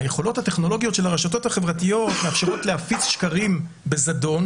היכולות הטכנולוגיות של הרשתות החברתיות מאפשרות להפיץ שקרים בזדון,